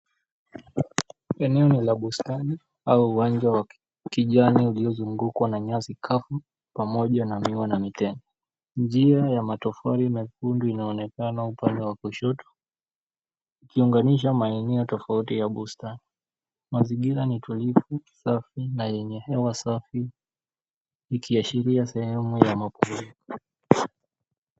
Eneo ni la bustani au uwanja wa kijani uliozungukwa na nyasi kavu pamoja na miwa na mitende. Njia ya matofali mekundu inaonekana upande wa kushoto ikiunganisha maeneo tofauti ya bustani. Mazingira ni tulivu safi na yenye hewa safi ikiashiria sehemu ya mapumziko.